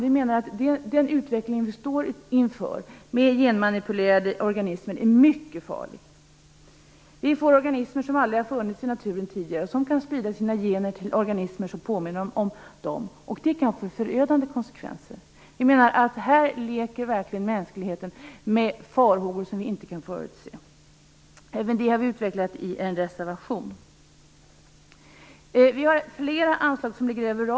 Vi menar att den utveckling med genmanipulerade organismer som vi står inför är mycket farlig. Vi får organismer som aldrig har funnits i naturen tidigare och som kan sprida sina gener till organismer som påminner om dem. Det kan få förödande konsekvenser. Vi menar att på det här området leker mänskligheten med något vars konsekvenser vi inte kan förutse. Även det har vi utvecklat i en reservation. Vi har flera anslag som ligger över ramen.